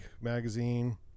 magazine